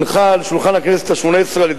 הונחה על שולחן הכנסת השמונה-עשרה על-ידי